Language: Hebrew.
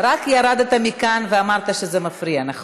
רק ירדת מכאן, ואמרת שזה מפריע, נכון?